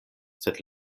sed